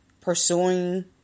pursuing